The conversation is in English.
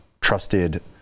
trusted